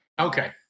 Okay